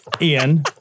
Ian